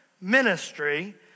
ministry